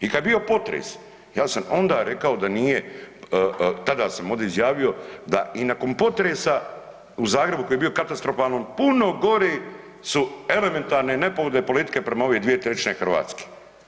I kad je bio potres, ja sam onda rekao da nije, tada sam ovdje izjavio, da i nakon potresa u Zagrebu koji je bio katastrofalnom, puno gore su elementarne nepogode politike prema ove 2/3 Hrvatske.